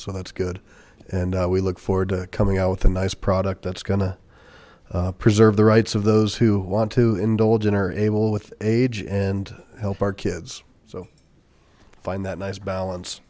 so that's good and we look forward to coming out with a nice product that's gonna preserve the rights of those who want to indulge in are able with age and help our kids so find that nice balance